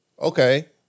Okay